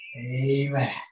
Amen